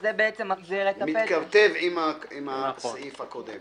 שזה בעצם מחזיר את הפטם --- מתכתב עם הסעיף הקודם.